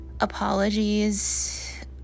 apologies